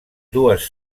dues